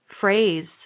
phrase